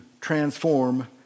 transform